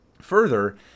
further